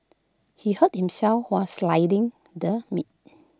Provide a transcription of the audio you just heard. he hurt himself while sliding the meat